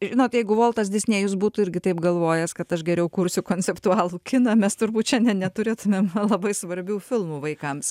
žinot jeigu voltas disnėjus būtų irgi taip galvojęs kad aš geriau kursiu konceptualų kiną mes turbūt šiandien neturėtumėm labai svarbių filmų vaikams